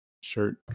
shirt